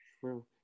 True